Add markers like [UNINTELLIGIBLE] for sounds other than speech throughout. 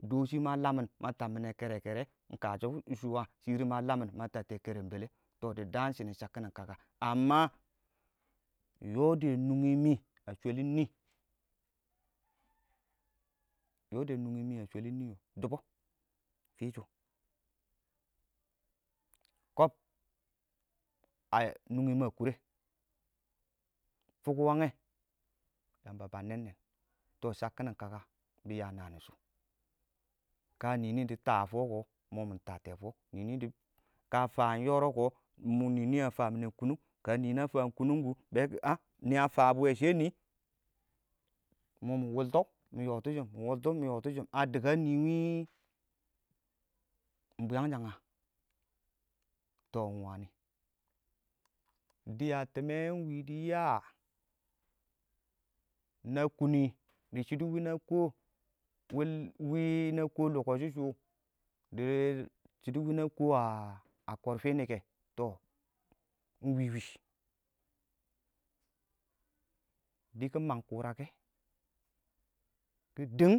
Doshi ma lamin tab mɪne kerekere kɪɪn iɪng kashɔ shʊwɔ a lɛ shɪrr ma lamɪn ma tabtɛ kərəmbələ tɔ dɪ daan shinin shabkin kaka amma yɔdɛ nungi mɪ a shwelin niyo dibɔ fishɔ koob [HESITATION] nungi ma a kʊrə fʊk wangɛ Yamba ba nɛɛn neem tɔ shabkin kaka bi ya naniushu, ka nin di ta bɪ ya nain shʊ kə nɪɪn dɪ ta tɔkə momi tabte tɔ nɪɪn dɪ [HESITATION] kə a faan yɔrɔb kɔ mʊ nɪɪn a faan kunungi kə nɪɪn a faan kunungku bɛɛ kɪ [HESITATION] nɪ a faawɛ bɔwe [UNINTELLIGIBLE] nɪ momɪ wɔltɔ mɪ yɔtishim mɪ wɔltɔ mɪ yɔtishm a dɪk a nii wɛ iɪng bwi yangnga? ta iɪng wani dɪya tɪmmɛ iɪng wɪɪn diraa na kuna dɪ shɪdo wɪnə kɔɔ wɛ wɛ na kɔɔ [UNINTELLIGIBLE] shɛ dɪ shildɔ wɪnə kɔɔ a kɔr finikɛ tɔ ingwiwi diki mang kʊrakɛ kɪ dɪng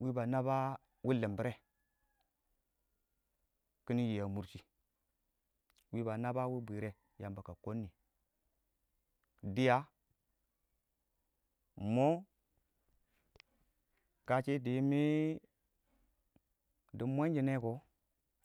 wɪɪn ba naba wɪɪn limbirrɛ kiɪnɪ yii a mʊrshi wɪɪn ba naba wɪɪn bwirrɛ Yamba kə koob nɪ dɪya ingmo kashɪ dim dɪ mwenshine kɔ